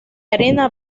arena